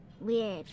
Weird